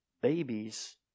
Babies